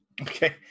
Okay